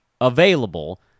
available